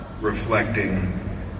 reflecting